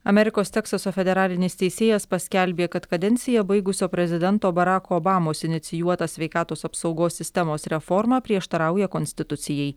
amerikos teksaso federalinis teisėjas paskelbė kad kadenciją baigusio prezidento barako obamos inicijuota sveikatos apsaugos sistemos reforma prieštarauja konstitucijai